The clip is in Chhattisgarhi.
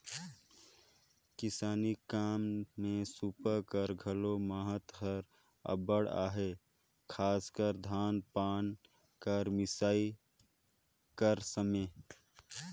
किसानी काम मे सूपा कर घलो महत हर अब्बड़ अहे, खासकर धान पान कर मिसई कर समे